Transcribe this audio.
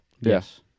yes